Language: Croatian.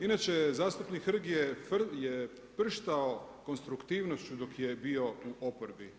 Inače zastupnik Hrg je prštao konstruktivnošću dok je bio u oporbi.